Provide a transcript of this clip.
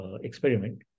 experiment